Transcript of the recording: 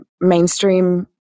mainstream